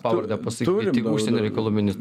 pavardę pasakykit tik užsienio reikalų ministro